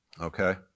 okay